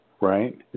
right